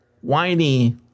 whiny